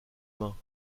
mains